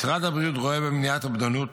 משרד הבריאות רואה במניעת אובדנות